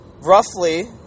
roughly